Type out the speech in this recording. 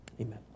Amen